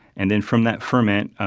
and then from that ferment,